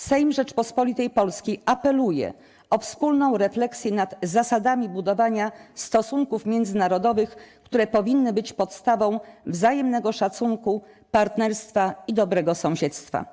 Sejm Rzeczypospolitej Polskiej apeluje o wspólną refleksję nad zasadami budowania stosunków międzynarodowych, które powinny być podstawą wzajemnego szacunku, partnerstwa i dobrego sąsiedztwa”